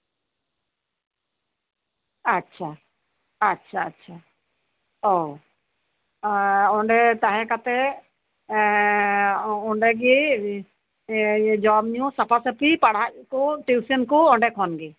ᱟᱪᱪᱷᱟ ᱟᱪᱪᱷᱟ ᱟᱪᱪᱷᱟ ᱚ ᱚᱸᱰᱮ ᱛᱟᱦᱮᱸ ᱠᱟᱛᱮ ᱚᱸᱰᱮ ᱜᱮ ᱡᱚᱢᱼᱧᱩ ᱥᱟᱯᱷᱟᱼᱥᱟᱯᱷᱤ ᱯᱟᱲᱦᱟᱜ ᱠᱚ ᱴᱤᱭᱩᱥᱚᱱ ᱠᱚ ᱚᱸᱰᱮ ᱠᱷᱚᱱ ᱜᱮ